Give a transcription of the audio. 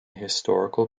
historical